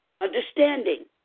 Understanding